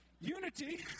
Unity